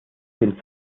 dem